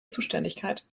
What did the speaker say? zuständigkeit